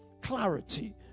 clarity